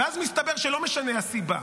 אז מסתבר שלא משנה הסיבה.